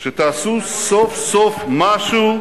שתעשו סוף-סוף משהו,